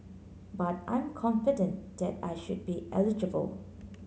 but I'm confident that I should be eligible